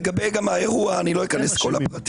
לגבי האירוע אני לא אכנס לכל הפרטים.